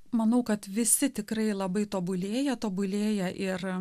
manau kad visi tikrai labai tobulėja tobulėja ir